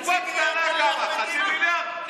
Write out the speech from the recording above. חצי מיליארד לאחמד